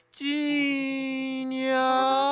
genius